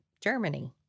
Germany